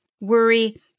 worry